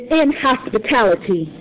inhospitality